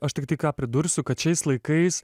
aš tiktai ką pridursiu kad šiais laikais